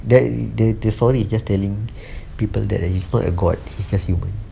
that the story is just telling people that he's not a god he's a human